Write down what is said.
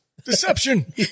deception